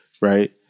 right